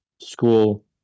school